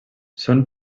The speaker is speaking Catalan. són